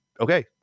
okay